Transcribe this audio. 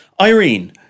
Irene